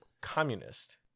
communist